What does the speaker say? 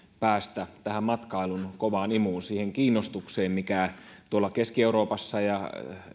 päästä tähän matkailun kovaan imuun siihen kiinnostukseen mikä keski euroopassa ja